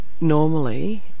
normally